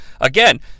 again